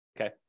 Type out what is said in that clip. okay